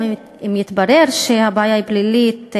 גם אם יתברר שהבעיה היא פלילית,